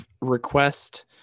request